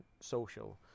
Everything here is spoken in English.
social